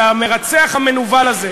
והמרצח המנוול הזה,